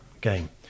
game